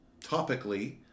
topically